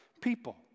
people